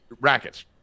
rackets